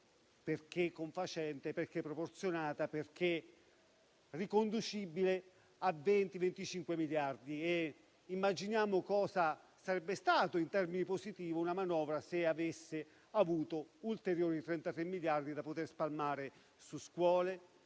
perché confacente, perché proporzionata, perché riconducibile a 20-25 miliardi. Immaginiamo cosa sarebbe stata, in termini positivi, una manovra che avesse avuto ulteriori 33 miliardi da poter spalmare su scuole,